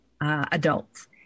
adults